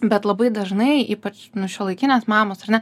bet labai dažnai ypač šiuolaikinės mamos ar ne